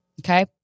Okay